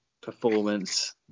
performance